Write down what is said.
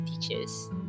teachers